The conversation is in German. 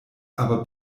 aber